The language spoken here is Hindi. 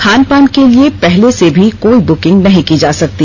खानपान के लिए पहले से भी कोई बूकिंग नहीं की जा सकती